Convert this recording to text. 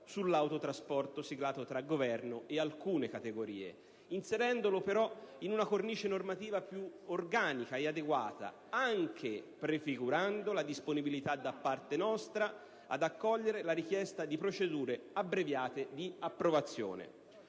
sull'autotrasporto siglato tra Governo e alcune categorie, inserendolo però in una cornice normativa più organica ed adeguata, anche prefigurando la disponibilità da parte nostra ad accogliere la richiesta di procedure abbreviate di approvazione.